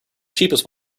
cheapest